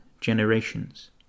generations